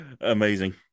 Amazing